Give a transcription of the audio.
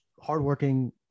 hardworking